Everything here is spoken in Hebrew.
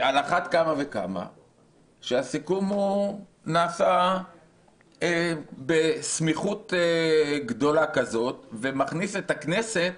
על אחת כמה וכמה שהסיכום נעשה בסמיכות גדולה כזו ומכניס את הכנסת